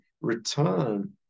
return